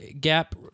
gap